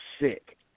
sick